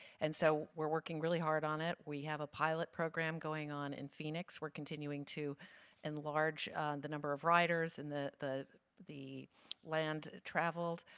and so we're working really hard on it. we have a pilot program going on in phoenix. we're continuing to enlarge the number of riders and the the land traveled.